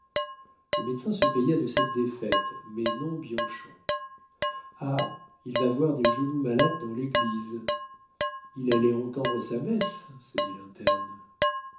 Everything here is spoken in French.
le médecin se paya de cette défaite mais non bianchon ah il va voir des genoux malades dans l'église il allait entendre sa messe se dit